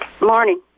Morning